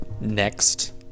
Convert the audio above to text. Next